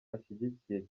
ashyigikiye